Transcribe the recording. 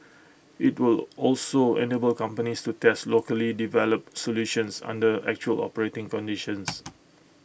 IT will also enable companies to test locally developed solutions under actual operating conditions